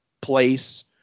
place